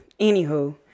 Anywho